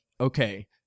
okay